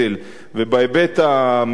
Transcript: ובהיבט המדיני,